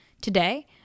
Today